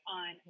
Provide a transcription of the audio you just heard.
on